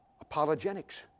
apologetics